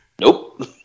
Nope